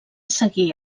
seguir